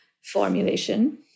formulation